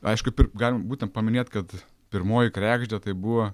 aišku galim būtent paminėt kad pirmoji kregždė tai buvo